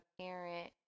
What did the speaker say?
parent